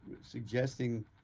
suggesting